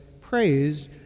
praised